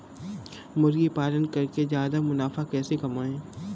मुर्गी पालन करके ज्यादा मुनाफा कैसे कमाएँ?